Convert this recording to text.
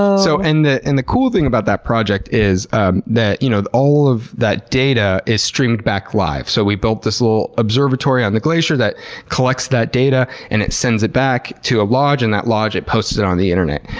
ah so and the and the cool thing about that project is ah you know all of that data is streamed back live. so we built this little observatory on the glacier that collects that data, and it sends it back to a lodge, and that lodge then posts it it on the internet.